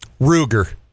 Ruger